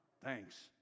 Thanks